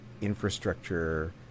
infrastructure